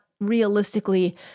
realistically